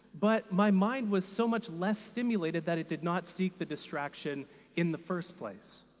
but my mind was so much less stimulated that it did not seek the distraction in the first place.